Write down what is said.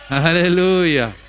Hallelujah